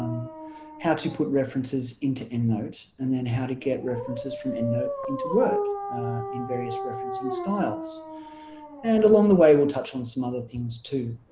um how to put references into endnote and then how to get references from endnote into word in various referencing styles and along the way we'll touch on some other things too